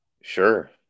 Sure